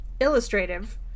illustrative